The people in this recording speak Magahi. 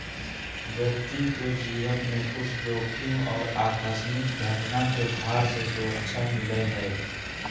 व्यक्ति के जीवन में कुछ जोखिम और आकस्मिक घटना के भार से सुरक्षा मिलय हइ